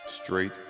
Straight